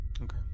Okay